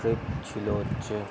trip ছিল হচ্ছে